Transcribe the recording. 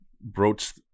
broached